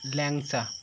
ল্যাংচা